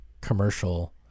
commercial